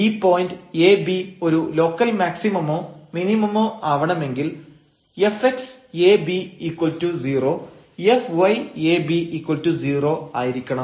ഈ point ab ഒരു local മാക്സിമമോ മിനിമമോ ആവണമെങ്കിൽ fx ab0 fyab0 ആയിരിക്കണം